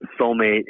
soulmate